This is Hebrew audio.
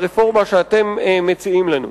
בכלל, ברפורמה שאתם מציעים לנו.